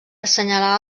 assenyalar